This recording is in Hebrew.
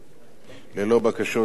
ללא בקשות דיבור,